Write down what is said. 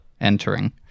entering